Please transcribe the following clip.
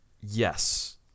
Yes